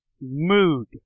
mood